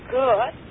good